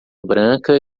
branca